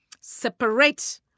separate